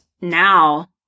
now